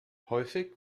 häufig